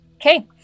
okay